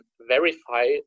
verify